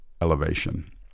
elevation